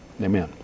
Amen